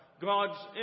God's